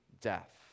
death